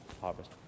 harvest